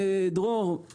דרור,